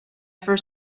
for